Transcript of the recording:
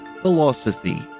Philosophy